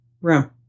room